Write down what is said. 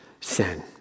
sin